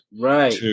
Right